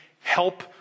help